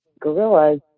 gorillas